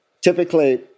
typically